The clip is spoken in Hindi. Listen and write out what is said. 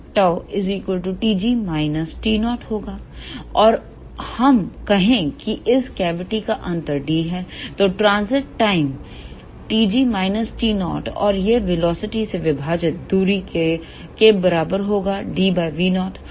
और हम कहें कि इस कैविटी का अंतर d है तो ट्रांजिट टाइम tg t0 और यह वेलोसिटी से विभाजित दूरी के बराबर होगाd0